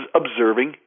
observing